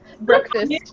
Breakfast